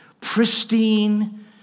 pristine